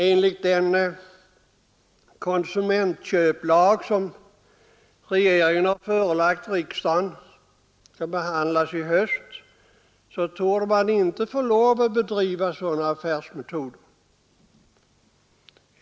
Enligt den konsumentköplag som regeringen förelagt riksdagen och som skall behandlas i höst torde man inte få lov att bedriva affärer med sådana metoder.